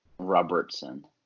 robertson